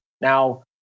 Now